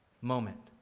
moment